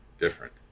different